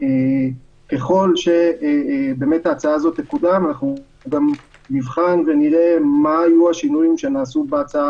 ככל שההצעה הזו תקודם אנחנו גם נבחן ונראה מה היו השינויים שנעשו בהצעה